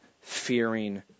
fearing